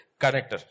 connector